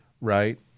right